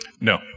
No